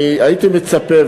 אני הייתי מצפה,